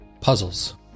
Puzzles